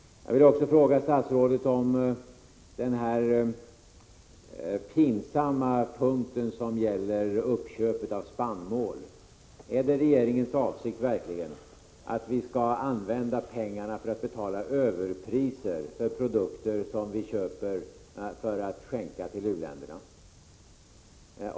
Jag vill också fråga statsrådet om den pinsamma punkt som gäller uppköp av spannmål. Är det verkligen regeringens avsikt att vi skall använda pengarna för att betala överpriser för produkter som vi köper för att skänka till u-länderna?